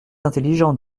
intelligent